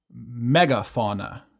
megafauna